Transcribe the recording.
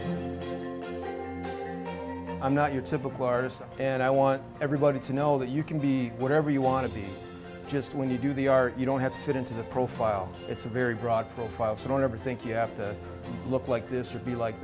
and i'm not your typical artist and i want everybody to know that you can be whatever you want to just when you do the r you don't have to fit into the profile it's a very broad profile so never think you have to look like this or be like